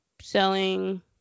selling